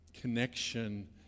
connection